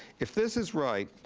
if this is right,